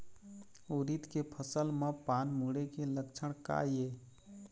उरीद के फसल म पान मुड़े के लक्षण का ये?